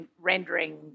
rendering